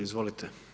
Izvolite.